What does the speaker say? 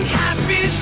happy